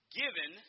given